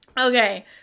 Okay